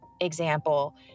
example